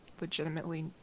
legitimately